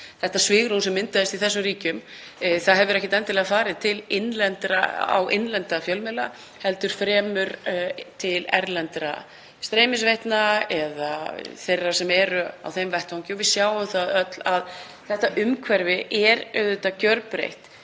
hefur svigrúmið sem myndaðist í þessum ríkjum ekkert endilega farið til innlendra fjölmiðla heldur fremur til erlendra streymisveitna eða þeirra á þeim vettvangi. Við sjáum öll að þetta umhverfi er auðvitað gjörbreytt,